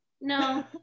No